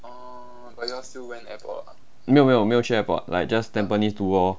没有没有没有去 airport like just tampines 读 lor